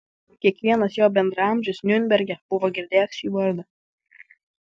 kiekvienas jo bendraamžis niurnberge buvo girdėjęs šį vardą